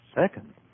second